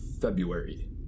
february